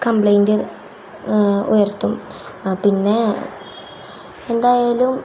complaint ഉയർത്തും പിന്നെ എന്തായാലും